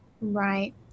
Right